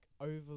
over